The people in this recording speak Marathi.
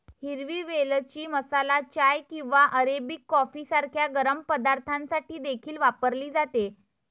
हिरवी वेलची मसाला चाय किंवा अरेबिक कॉफी सारख्या गरम पदार्थांसाठी देखील वापरली जाते